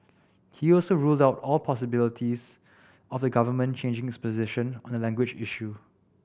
he also ruled out all possibilities of the Government changing its position on the language issue